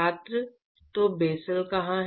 छात्र तो बेसेल कहाँ है